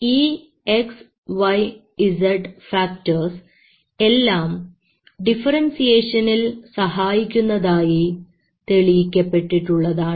ഈ x y z factors എല്ലാം ഡിഫറെൻസിയേഷനിൽ സഹായിക്കുന്നതായി തെളിയിക്കപ്പെട്ടിട്ടുള്ളതാണ്